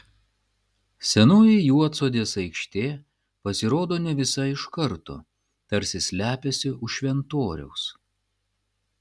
senoji juodsodės aikštė pasirodo ne visa iš karto tarsi slepiasi už šventoriaus